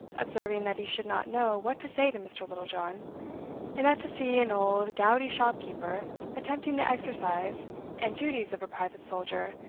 observing that he should not know what to say to mr. littlejohn and that to see an old gouty shop-keeper attempting the exercise and duties of a private soldier,